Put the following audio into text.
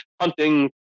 hunting